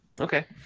okay